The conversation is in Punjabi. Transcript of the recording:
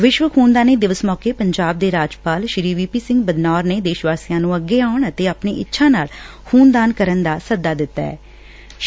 ਵਿਸ਼ਵ ਖੁਨਦਾਨੀ ਦਿਵਸ ਮੌਕੇ ਪੰਜਾਬ ਦੇ ਰਾਜਪਾਲ ਵੀ ਪੀ ਸਿੰਘ ਬਦਨੌਰ ਨੇ ਦੇਸ਼ ਵਾਸੀਆਂ ਨੂੰ ਅੱਗੇ ਆਉਣ ਅਤੇ ਆਪਣੀ ਇੱਛਾ ਨਾਲ ਖੁਨਦਾਨ ਕਰਨ ਦਾ ਸੱਦਾ ਦਿੱਤਾ ਐ